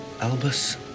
Albus